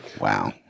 wow